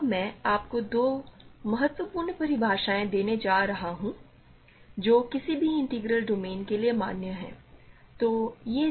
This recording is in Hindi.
तो अब मैं आपको दो बहुत महत्वपूर्ण परिभाषाएं देने जा रहा हूँ जो किसी भी इंटीग्रल डोमेन में मान्य है ठीक है